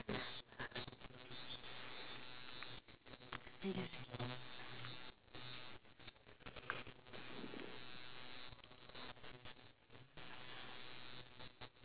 okay